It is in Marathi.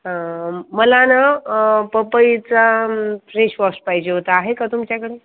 हां मला न पपईचा फ्रेश वॉश पाहिजे होता आहे का तुमच्याकडे